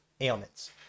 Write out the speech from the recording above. ailments